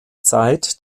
zeit